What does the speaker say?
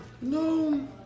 No